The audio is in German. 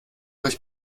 euch